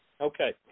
Okay